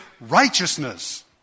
righteousness